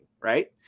right